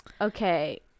Okay